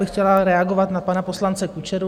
Chtěla bych reagovat na pana poslance Kučeru.